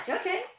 Okay